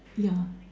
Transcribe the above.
yeah